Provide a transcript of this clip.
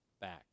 back